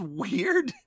weird